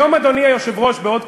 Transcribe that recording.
היום, אדוני היושב-ראש, בעוד,